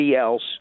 else